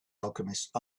alchemist